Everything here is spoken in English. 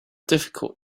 difficult